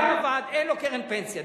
אין לו קרן פנסיה.